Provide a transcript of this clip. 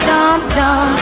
Dum-dum